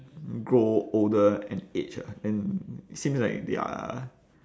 grow older and age ah and seems like they are